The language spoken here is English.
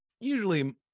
usually